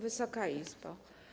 Wysoka Izbo!